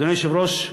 אדוני היושב-ראש,